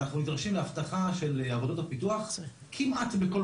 אנחנו נדרשים לאבטחה של עבודות הפיתוח כמעט בכל